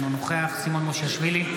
אינו נוכח סימון מושיאשוילי,